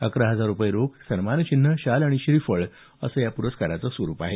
अकरा हजार रुपये रोख सन्मानचिन्ह शाल आणि श्रीफळ असं या प्रस्काराचं स्वरूप आहे